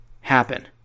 happen